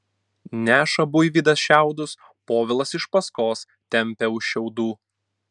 neša buivydas šiaudus povilas iš paskos tempia už šiaudų